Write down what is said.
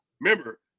remember